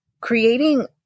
creating